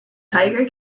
tiger